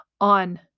on